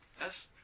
Yes